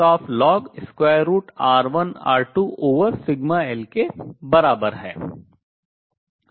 n2 n1critical ln√ σl के बराबर है